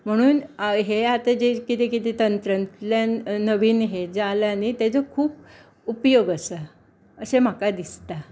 म्हणून आ हें आतां जें कितें कितें तंत्रज्ञान नवीन हें जें जालां न्ही ताजो खूब उपयोग आसा अशें म्हाका दिसता